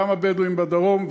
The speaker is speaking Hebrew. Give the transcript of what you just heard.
גם הבדואים בדרום,